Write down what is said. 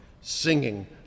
singing